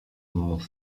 mont